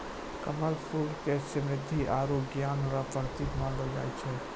कमल फूल के समृद्धि आरु ज्ञान रो प्रतिक मानलो जाय छै